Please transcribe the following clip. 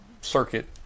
circuit